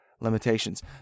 limitations